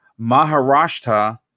Maharashtra